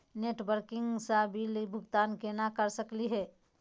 Net banking स bill भुगतान केना कर सकली हे?